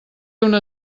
una